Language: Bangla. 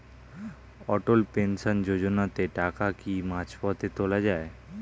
অটল পেনশন যোজনাতে টাকা কি মাঝপথে তোলা যায়?